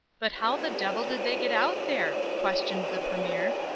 but how the devil did they get out there? questioned the premier.